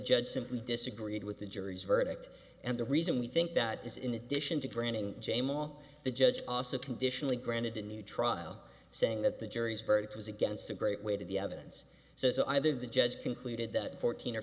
judge simply disagreed with the jury's verdict and the reason we think that is in addition to granting jame all the judge also conditionally granted a new trial saying that the jury's verdict was against a great way to the evidence so either the judge concluded that fourteen or